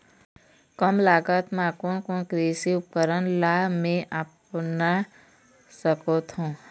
कम लागत मा कोन कोन कृषि उपकरण ला मैं अपना सकथो?